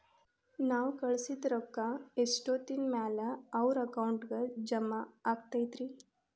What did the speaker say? ನಾವು ಕಳಿಸಿದ್ ರೊಕ್ಕ ಎಷ್ಟೋತ್ತಿನ ಮ್ಯಾಲೆ ಅವರ ಅಕೌಂಟಗ್ ಜಮಾ ಆಕ್ಕೈತ್ರಿ?